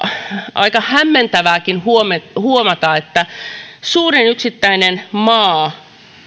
aika hämmentävääkin huomata että suurin yksittäinen maa